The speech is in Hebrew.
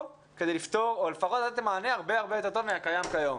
כדי לפתור או לפחות לתת מענה הרבה יותר טוב מהקיים כיום.